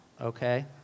okay